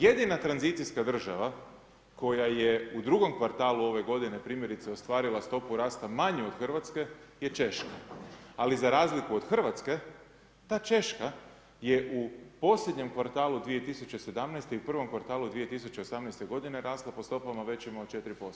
Jedina tranzicijska država koja je u drugom kvartalu ove godine primjerice ostvarila stopu rasta manju od Hrvatske je Češka, ali za razliku od Hrvatske ta Češka je u posljednjem kvartalu 2017. i prvom kvartalu 2018. rasla po stopama većima od 4%